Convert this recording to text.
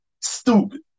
Stupid